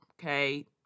Okay